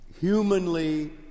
humanly